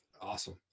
Awesome